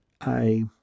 I